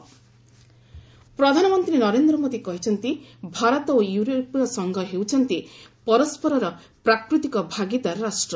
PM ଫକ୍ଟେଲ୍ସ୍ ପ୍ରଧାନମନ୍ତ୍ରୀ ନରେନ୍ଦ୍ର ମୋଦି କହିଛନ୍ତି ଭାରତ ଓ ୟୁରୋପୀୟ ସଂଘ ହେଉଛନ୍ତି ପରସ୍କରର ପ୍ରାକୃତିକ ଭାଗିଦାର ରାଷ୍ଟ୍ର